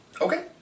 Okay